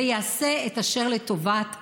ויעשה את אשר לטובת החולים.